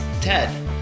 TED